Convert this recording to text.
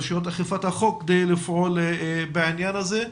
רשויות אכיפת החוק כדי לפעול בעניין הזה.